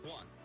One